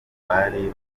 bari